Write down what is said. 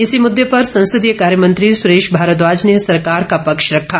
इसी मुद्दे पर संसदीय कार्यमंत्री सुरेश भारद्वाज ने सरकार का पक्ष रखा